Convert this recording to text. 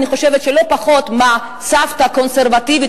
אני חושבת שלא פחות מה שהסבתא הקונסרבטיבית